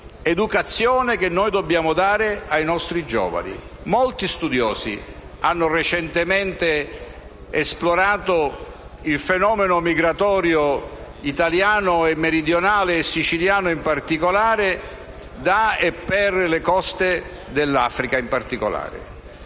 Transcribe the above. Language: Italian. educazione che noi dobbiamo dare ai nostri giovani. Molti studiosi hanno recentemente esplorato il fenomeno migratorio italiano, meridionale e siciliano in particolare, da e per le coste dell'Africa. La nostra